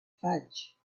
fudge